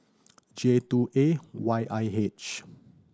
J two A Y I H